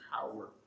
power